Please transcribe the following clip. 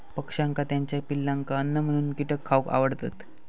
पक्ष्यांका त्याच्या पिलांका अन्न म्हणून कीटक खावक आवडतत